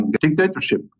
dictatorship